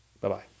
Bye-bye